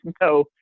no